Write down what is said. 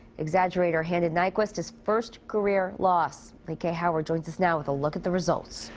exaggerator handed nyquist his first career loss. lee k. howard joins us now with a look at the results.